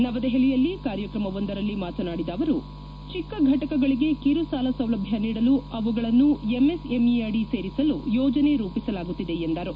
ನವದೆಪಲಿಯಲ್ಲಿ ಕಾರ್ಯಕ್ರಮವೊಂದರಲ್ಲಿ ಮಾತನಾಡಿದ ಅವರು ಚಿಕ್ಕ ಘಟಕಗಳಿಗೆ ಕಿರು ಸಾಲ ಸೌಲಭ್ಯ ನೀಡಲು ಅವುಗಳನ್ನು ಎಂಎಸ್ಎಂಇ ಅಡಿ ಸೇರಿಸಲು ಯೋಜನೆ ರೂಪಿಸಲಾಗುತ್ತಿದೆ ಎಂದು ಅವರು ಹೇಳಿದರು